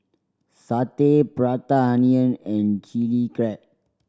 satay Prata Onion and Chili Crab